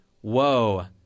Whoa